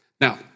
Now